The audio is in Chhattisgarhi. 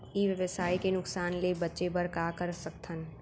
ई व्यवसाय के नुक़सान ले बचे बर का कर सकथन?